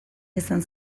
izan